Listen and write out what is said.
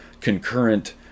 concurrent